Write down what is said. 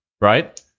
Right